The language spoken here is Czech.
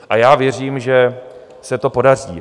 A já věřím, že se to podaří.